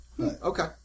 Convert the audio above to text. Okay